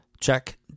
Check